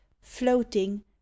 floating